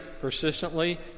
persistently